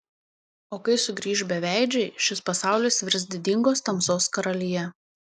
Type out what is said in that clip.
o kai sugrįš beveidžiai šis pasaulis virs didingos tamsos karalija